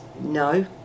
no